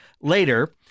later